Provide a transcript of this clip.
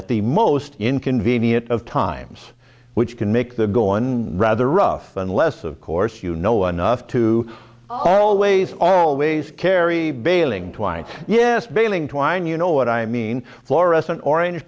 at the most inconvenient of times which can make the go on rather rough unless of course you know enough to always always carry bailing twine yes bailing twine you know what i mean fluorescent orange